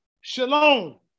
Shalom